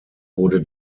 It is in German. wurde